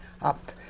up